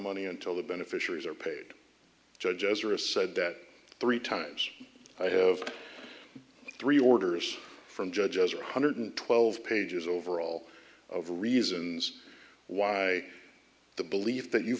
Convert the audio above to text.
money until the beneficiaries are paid judges are said that three times i have three orders from judge as one hundred twelve pages over all of the reasons why the belief that you